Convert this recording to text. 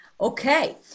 Okay